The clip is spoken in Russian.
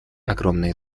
огромные